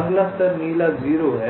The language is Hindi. अगला स्तर नीला 0 है